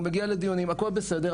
הוא מגיע לדיונים הכל בסדר,